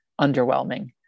underwhelming